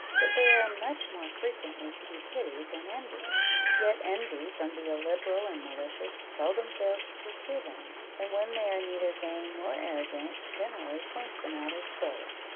that they are much more frequently to be pitied than envied yet envy from the illiberal and malicious seldom fails to pursue them and when they are neither vain nor arrogant, generally points them out as both.